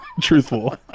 truthful